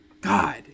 God